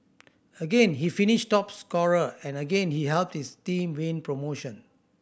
again he finished top scorer and again he helped his team win promotion